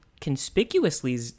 conspicuously